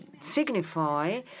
signify